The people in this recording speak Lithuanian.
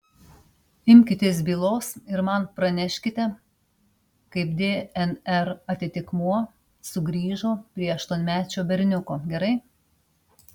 imkitės bylos ir man praneškite kaip dnr atitikmuo sugrįžo prie aštuonmečio berniuko gerai